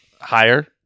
Higher